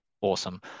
awesome